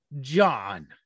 John